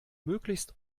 möglichst